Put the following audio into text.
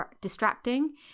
distracting